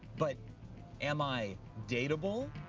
but am i datable?